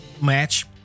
match